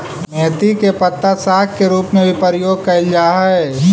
मेथी के पत्ता साग के रूप में भी प्रयोग कैल जा हइ